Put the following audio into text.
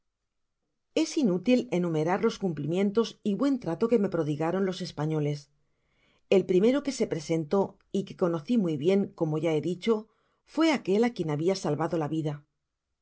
es inútil enumerar los cumplimientos y buen trato que me prodigaron los españoles el primero que se presentó y que conoci muy bien como ya be dicho fué aquel á quien habia salvado la vida